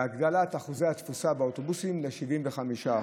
להגדיל את אחוזי התפוסה באוטובוסים ל-75%,